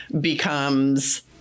becomes